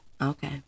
Okay